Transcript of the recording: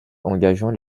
engageant